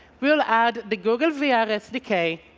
we'll add the google vr ah vr sdk,